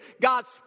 God's